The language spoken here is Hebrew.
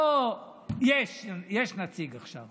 יש נציג עכשיו.